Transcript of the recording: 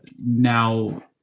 now